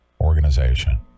organization